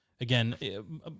again